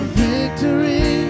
victory